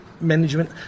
management